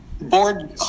board